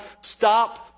Stop